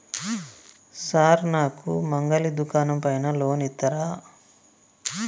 Sir నాకు మంగలి దుకాణం పైన లోన్ ఇత్తరా?